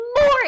more